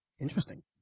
Interesting